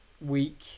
week